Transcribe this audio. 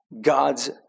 God's